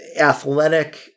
athletic